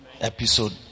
Episode